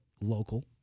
local